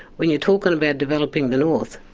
when you're talking about developing the north,